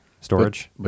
Storage